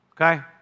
Okay